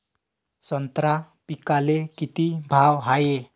संत्रा पिकाले किती भाव हाये?